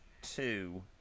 two